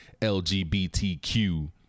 LGBTQ